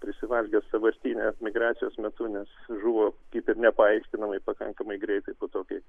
prisivalgęs sąvartyne migracijos metu nes žuvo kaip ir nepaaiškinamai pakankamai greitai po to kai